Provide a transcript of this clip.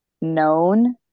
known